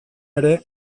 ere